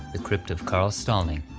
the crypt of carl stalling.